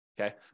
okay